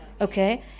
okay